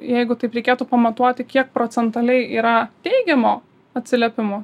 jeigu taip reikėtų pamatuoti kiek procentaliai yra teigiamo atsiliepimo